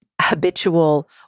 habitual